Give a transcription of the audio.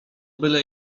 byle